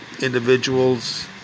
individuals